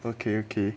okay okay